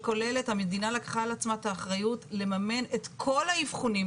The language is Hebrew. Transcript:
המדינה לקחה על עצמה את האחריות לממן את כל האבחונים,